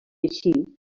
així